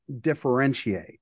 differentiate